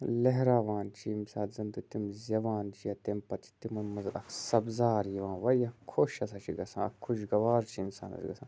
لہراوان چھِ ییٚمہِ ساتہٕ زَن تہِ تِم زٮ۪وان چھِ یا تَمہِ پَتہٕ چھِ تِمو منٛزٕ اَکھ سبزار یِوان واریاہ خۄش ہَسا چھِ گژھان خُشگوار چھِ اِنسانَس گژھان